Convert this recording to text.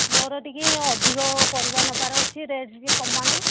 ମୋର ଟିକେ ଅଧିକ ପରିବା ନେବାର ଅଛି ରେଟ୍ ଟିକେ କମାନ୍ତୁ